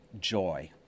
joy